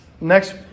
next